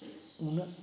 ᱩᱱᱟᱹᱜ